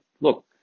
Look